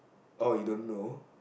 oh you don't know